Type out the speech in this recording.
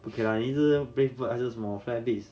不可以 lah 你一直 base blood 还是什么 fair base